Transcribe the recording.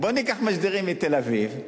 בואו ניקח משדרים מתל-אביב,